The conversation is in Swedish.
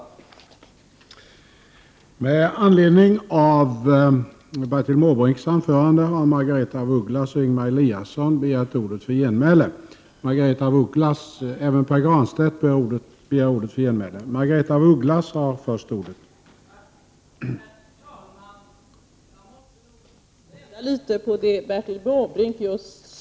6 juni 1989